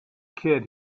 kid